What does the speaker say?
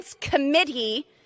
Committee